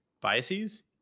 biases